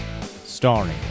Starring